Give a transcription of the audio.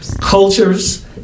cultures